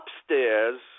upstairs